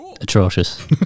atrocious